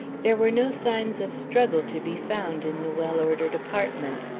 there were no signs of struggle to be found in the well-ordered apartment.